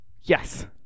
Yes